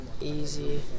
easy